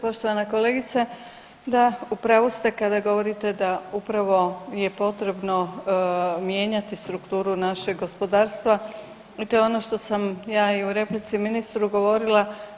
Poštovana kolegice da u pravu ste kada govorite da upravo je potrebno mijenjati strukturu našeg gospodarstva i to je ono što sam ja i u replici ministru govorila.